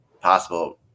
possible